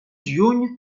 lluny